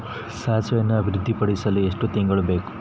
ಸಾಸಿವೆಯನ್ನು ಅಭಿವೃದ್ಧಿಪಡಿಸಲು ಎಷ್ಟು ತಿಂಗಳು ಬೇಕು?